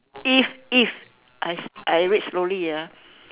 if if I I read slowly ah